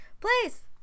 please